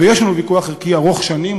ויש לנו ויכוח ערכי ארוך-שנים,